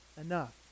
enough